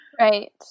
Right